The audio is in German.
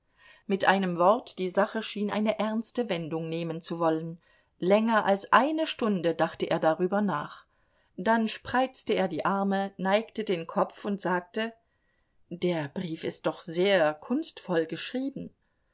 mit einem wort die sache schien eine ernste wendung nehmen zu wollen länger als eine stunde dachte er darüber nach dann spreizte er die arme neigte den kopf und sagte der brief ist doch sehr kunstvoll geschrieben